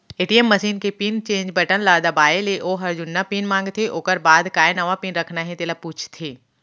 ATM machine के PIN change button ल दबाए ले ओहर जुन्ना पिन मांगथे ओकर बाद काय नवा पिन रखना हे तेला पूछथे